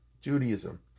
Judaism